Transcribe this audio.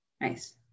Nice